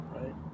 right